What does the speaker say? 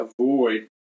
avoid